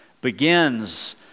begins